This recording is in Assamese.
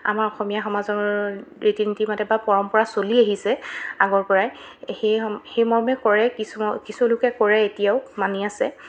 আমাৰ অসমীয়া সমাজৰ ৰীতি নীতি মতে বা পৰম্পৰা চলি আহিছে আগৰ পৰাই সেই সেইমৰ্মে কৰে কিছু লোকে কৰে এতিয়াও মানি আছে